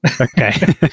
Okay